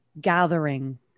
gathering